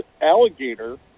alligator